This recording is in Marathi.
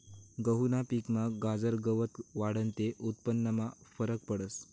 गहूना पिकमा गाजर गवत वाढनं ते उत्पन्नमा फरक पडस